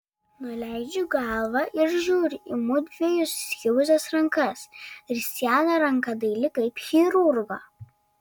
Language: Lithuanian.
nuleidžiu galvą ir žiūriu į mudviejų susikibusias rankas kristiano ranka daili kaip chirurgo